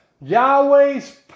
Yahweh's